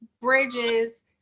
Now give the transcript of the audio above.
bridges